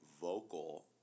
vocal